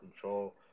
control